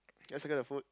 let's look at the food